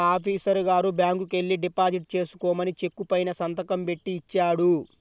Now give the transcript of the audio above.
మా ఆఫీసరు గారు బ్యాంకుకెల్లి డిపాజిట్ చేసుకోమని చెక్కు పైన సంతకం బెట్టి ఇచ్చాడు